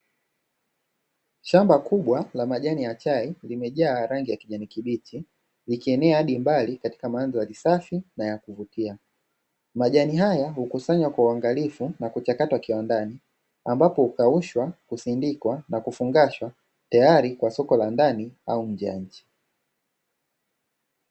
Shamba kubwa la majani ya chai limejaaa rangi ya kijani kibichi likienea hadi mbali katika mandhari ya kisasa na ya kuvutia ,majani haya hukusanywa kwa uangalifu na kuchakatwa kiwandani ambapo ukaushwa, kusindikwa na kufungashwa tayari kwa soko la ndani au nje ya nchi.